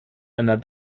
einer